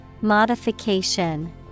Modification